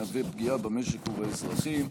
המהווה פגיעה במשק ובאזרחים.